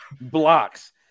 blocks